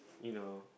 you know